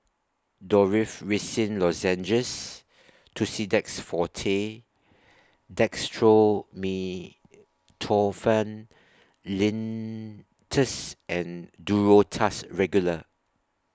Dorithricin Lozenges Tussidex Forte Dextromethorphan Linctus and Duro Tuss Regular